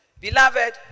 beloved